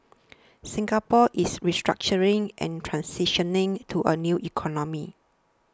Singapore is restructuring and transitioning to a new economy